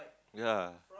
ya